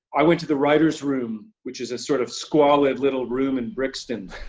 i went to the writers' room, which is a sort of squalid little room in brixton.